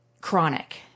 chronic